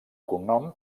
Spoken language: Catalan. cognom